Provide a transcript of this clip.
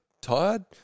tired